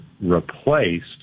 replaced